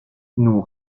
nous